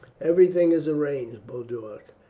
everything is arranged, boduoc